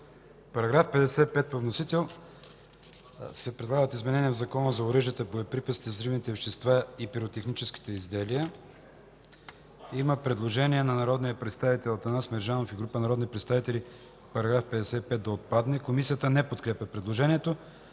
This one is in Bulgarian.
В § 55 по вносител се предлагат изменения в Закона за оръжията, боеприпасите, взривните вещества и пиротехническите изделия. Има предложение на народния представител Атанас Мерджанов и група народни представители –§ 55 да отпадне. Комисията не подкрепя предложението.